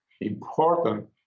important